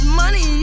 money